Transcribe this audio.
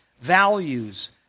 values